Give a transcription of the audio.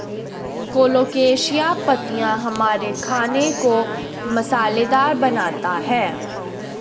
colocasia पत्तियां हमारे खाने को मसालेदार बनाता है